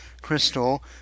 crystal